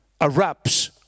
erupts